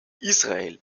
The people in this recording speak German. israel